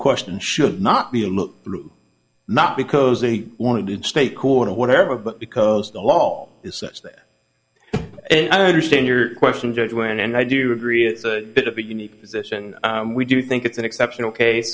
question should not be a look through not because they want it in state court or whatever but because the law is such that i understand your question judge when and i do agree it's a bit of a unique position we do think it's an exceptional case